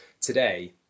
today